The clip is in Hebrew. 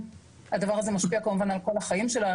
הדבר הזה כמובן משפיע על כל החיים שלה,